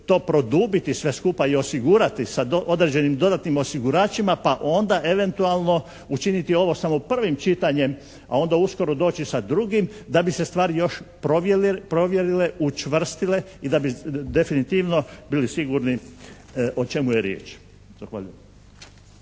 to produbiti sve skupa i osigurati sa određenim dodatnim osiguračima pa onda eventualno učiniti ovo samo prvim čitanjem, a onda uskoro doći sa drugim da bi se stvari još provjerile, učvrstile i da bi definitivno bili sigurni o čemu je riječ. Zahvaljujem.